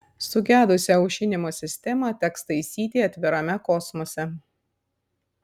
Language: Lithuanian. sugedusią aušinimo sistemą teks taisyti atvirame kosmose